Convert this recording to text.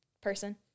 person